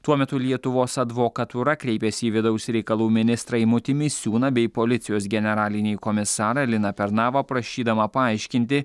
tuo metu lietuvos advokatūra kreipėsi į vidaus reikalų ministrą eimutį misiūną bei policijos generalinį komisarą liną pernavą prašydama paaiškinti